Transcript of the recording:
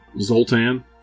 Zoltan